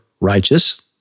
righteous